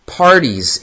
parties